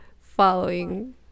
following